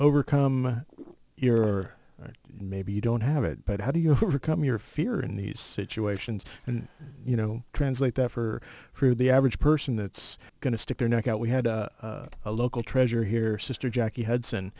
overcome your right maybe you don't have it but how do you come your fear in these situations and you know translate that for for the average person that's going to stick their neck out we had a local treasure here sister jackie hudson